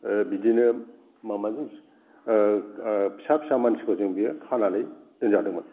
बिदिनो माबाजों फिसा फिसा मानसिफोरजों बियो खानानै दोनजादोंमोन